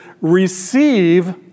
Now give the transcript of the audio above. receive